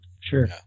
Sure